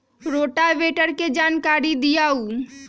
Rotavator के जानकारी दिआउ?